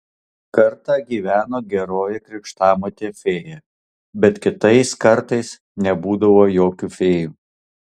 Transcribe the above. kartą gyveno geroji krikštamotė fėja bet kitais kartais nebūdavo jokių fėjų